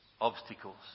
obstacles